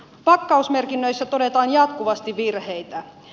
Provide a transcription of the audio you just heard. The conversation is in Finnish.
pakkausmerkinnöissä todetaan jatkuvasti virheitä